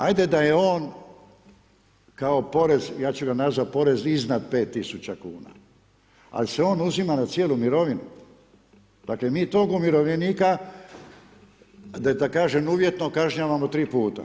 Ajde da je on, kao porez, ja ću ga nazvati porez iznad 5000 kn, ali se on uzima na cijelu mirovinu, dakle, mi tog umirovljenika, da kažem uvjetno kažnjavamo 3 puta.